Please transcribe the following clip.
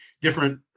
different